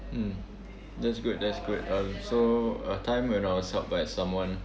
mm that's good that's good um so a time when I was helped by someone